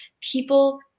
people